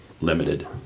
Limited